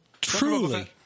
Truly